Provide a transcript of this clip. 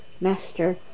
Master